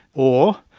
or,